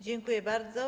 Dziękuję bardzo.